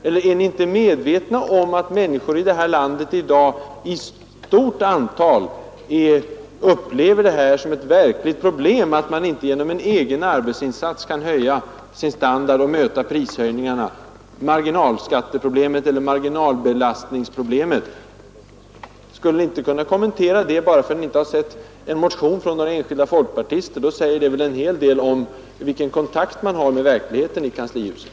Eller är ni inte medvetna om att ett stort antal människor i det här landet i dag upplever det som ett stort problem att inte genom egen arbetsinsats kunna höja sin standard och möta prishöjningarna? Kan Ni inte kommentera den saken bara därför att Ni inte har sett denna speciella motion av enskilda folkpartister? Det säger i så fall en hel del om vilken kontakt med verkligheten ni har i kanslihuset!